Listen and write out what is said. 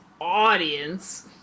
audience